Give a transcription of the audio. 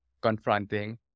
confronting